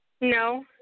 No